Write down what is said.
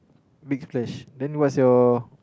big splash then what's your